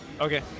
Okay